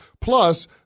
Plus